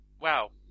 Wow